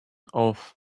oath